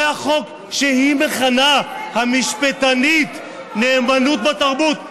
זה החוק שהיא מכנה, המשפטנית, "נאמנות בתרבות".